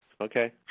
Okay